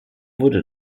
wurde